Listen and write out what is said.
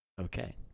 Okay